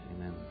Amen